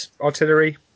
artillery